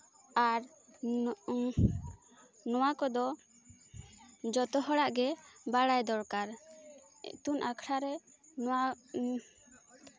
ᱟᱨ ᱱᱚᱣᱟ ᱠᱚᱫᱚ ᱡᱚᱛᱚ ᱦᱚᱲᱟᱜ ᱜᱮ ᱵᱟᱲᱟᱭ ᱫᱚᱨᱠᱟᱨ ᱤᱛᱩᱱ ᱟᱥᱲᱟᱨᱮ ᱱᱚᱣᱟ